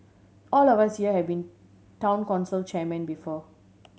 all of us here have been Town Council chairmen before